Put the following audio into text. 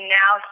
now